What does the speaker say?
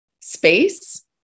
space